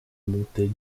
montée